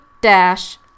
dash